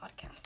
podcast